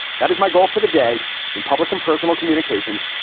that is my goal for the day in public, in personal communications.